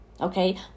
Okay